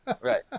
right